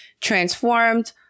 transformed